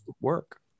work